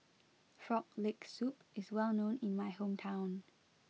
Frog Leg Soup is well known in my hometown